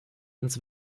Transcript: ans